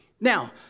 Now